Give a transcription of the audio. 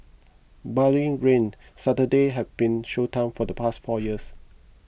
barring rain Saturday has been show time for the past four years